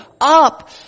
up